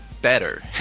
better